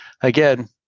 again